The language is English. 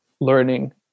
learning